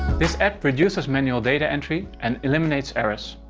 this app reduces manual data entry and eliminates errors.